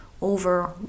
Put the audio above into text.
over